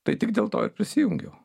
tai tik dėl to ir prisijungiau